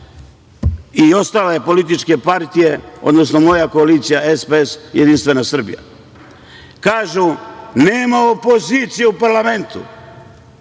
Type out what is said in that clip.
i ostale političke partije, odnosno moja koalicija SPS i JS.Kažu, nema opozicije u parlamentu.